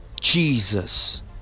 Jesus